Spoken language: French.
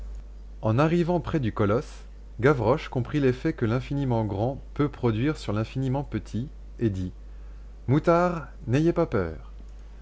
en arrivant près du colosse gavroche comprit l'effet que l'infiniment grand peut produire sur l'infiniment petit et dit moutards n'ayez pas peur